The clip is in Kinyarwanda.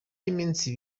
y’iminsi